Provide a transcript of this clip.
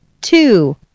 two